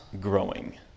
growing